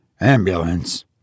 Ambulance